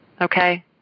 Okay